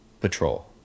patrol